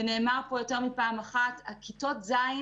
נאמר פה יותר מפעם אחת, כיתות ז'